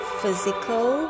physical